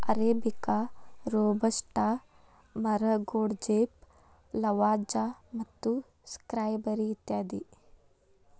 arabica, robusta, ಮರಗೋಡಜೇಪ್, Lavazza ಮತ್ತು Skybury ಇತ್ಯಾದಿ